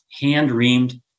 hand-reamed